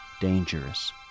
dangerous